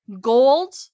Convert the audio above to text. gold